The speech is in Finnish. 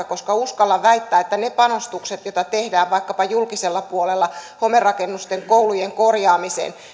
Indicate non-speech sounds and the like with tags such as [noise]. [unintelligible] koska uskallan väittää että ne panostukset joita tehdään vaikkapa julkisella puolella homerakennusten ja koulujen korjaamiseen